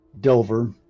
delver